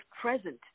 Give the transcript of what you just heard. present